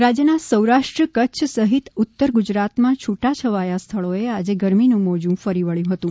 હવા માન રાજ્યના સૌરાષ્ટ્ર કચ્છ સહિત ઉત્તર ગુજરાતમાં છૂટાછવાયા સ્થળોએ આજે ગરમીનું મોજું ફરી વબ્યું હતું